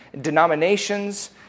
denominations